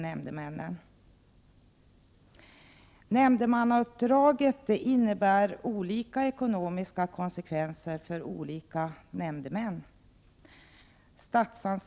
1988/89:103 tillmäter nämndemännen.